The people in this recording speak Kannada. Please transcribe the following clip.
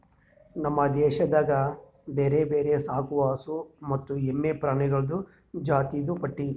ನಮ್ ದೇಶದಾಗ್ ಬ್ಯಾರೆ ಬ್ಯಾರೆ ಸಾಕವು ಹಸು ಮತ್ತ ಎಮ್ಮಿ ಪ್ರಾಣಿಗೊಳ್ದು ಜಾತಿದು ಪಟ್ಟಿ